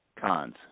cons